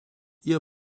ihr